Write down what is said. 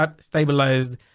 stabilized